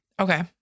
Okay